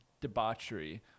debauchery